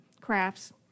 crafts